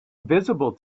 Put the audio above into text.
visible